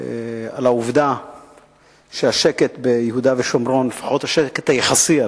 על השקט ביהודה ושומרון, לפחות שקט יחסי,